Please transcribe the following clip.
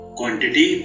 quantity